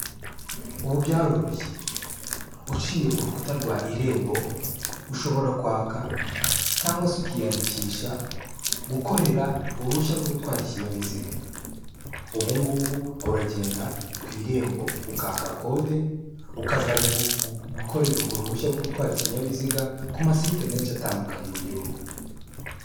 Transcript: Ubu byaroroshye, uciye ku rukuta rwa Irembo ushobora kwaka cyangwa se ukiyandikisha, gukorera uruhushya rwo gutwara ikinyabiziga, ubu ngubu uragenda ku Irembo ukaka kode, ukazajya gukorera urwo ruhushya rwo gutwara ikinyabiziga ku masite menshi atandukanye mu gihugu.